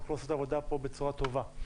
תוכל לעשות עבודה פה בצורה טובה.